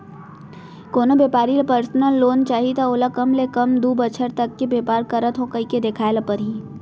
कोनो बेपारी ल परसनल लोन चाही त ओला कम ले कम दू बछर तक के बेपार करत हँव कहिके देखाए ल परही